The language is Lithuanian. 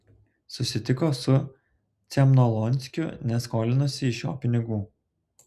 susitiko su cemnolonskiu nes skolinosi iš jo pinigų